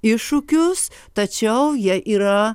iššūkius tačiau jie yra